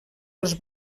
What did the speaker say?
els